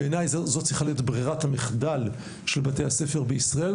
בעיניי זו צריכה להיות ברירת המחדל של בתי הספר בישראל.